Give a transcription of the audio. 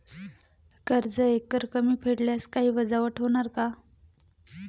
कर्ज एकरकमी फेडल्यास काही वजावट होणार का?